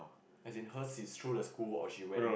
as in hers is through the school or she went